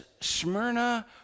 Smyrna